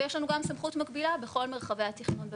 ויש לנו גם סמכות מקבילה בכל מרחבי התכנון במדינה.